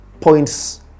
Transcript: points